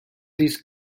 these